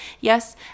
yes